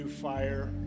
fire